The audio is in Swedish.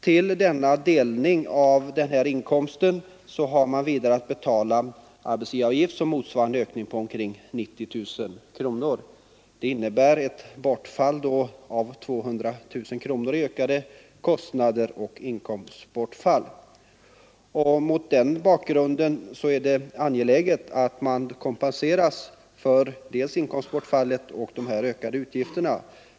Förutom denna delning av inkomsten har stiftelsen genom ökade arbetsgivaravgifter drabbats av en utgiftsökning på ca 90 000 kronor. Det innebär ett sammanlagt bortfall av ca 200 000 kronor. Mot denna bakgrund är det angeläget att stiftelsen kompenseras dels för inkomstbortfallet, dels för de ökade arbetsgivaravgifterna.